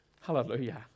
Hallelujah